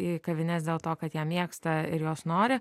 į kavines dėl to kad ją mėgsta ir jos nori